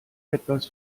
etwas